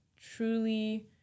truly